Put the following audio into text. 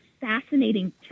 fascinating